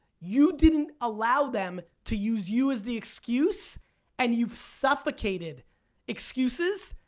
you didn't allow them to use you as the excuse and you've suffocated excuses.